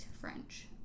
French